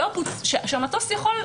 שהמטוס יכול,